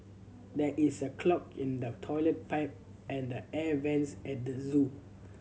there is a clog in the toilet pipe and the air vents at the zoo